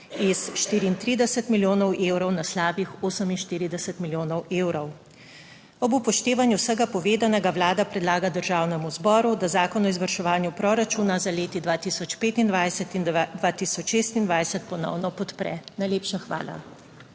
iz 34 milijonov evrov na slabih 48 milijonov evrov. Ob upoštevanju vsega povedanega, Vlada predlaga Državnemu zboru, da Zakon o izvrševanju proračuna za leti 2025 in 2026 ponovno podpre. Najlepša hvala.